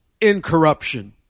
incorruption